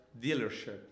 dealership